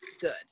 good